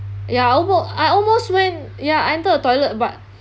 ya almo~ I almost went ya I enter a toilet but